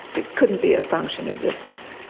it couldn't be a function of distance.